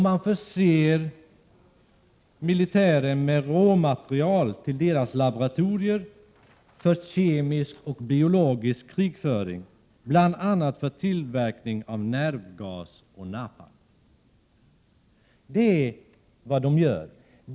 Man förser också militären med råmaterial till deras laboratorier för kemisk och biologisk krigföring, bl.a. för tillverkning av nervgas och napalm.